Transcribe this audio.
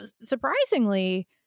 surprisingly